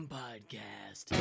podcast